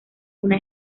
una